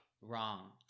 wrong